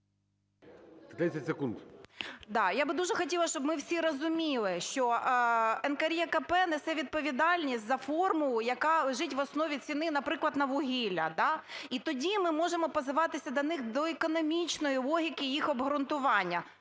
Я би дуже хотіла, щоб ми всі розуміли, що НКРЕКП несе відповідальність за формулу, яка лежить в основі ціни, наприклад, на вугілля, да. І тоді ми можемо позиватися до них, до економічної логіки їх обґрунтування.